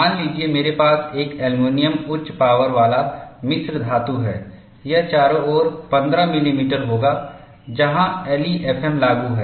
मान लीजिए मेरे पास एक एल्यूमीनियम उच्च पावर वाला मिश्र धातु है यह चारों ओर 15 मिलीमीटर होगा जहां एलईएफएम लागू है